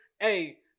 hey